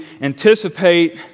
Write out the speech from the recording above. anticipate